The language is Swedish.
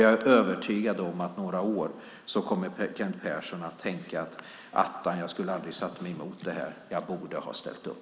Jag är övertygad om att om några år kommer Kent Persson att tänka: Attan, jag skulle aldrig ha satt mig emot det här. Jag borde ha ställt upp.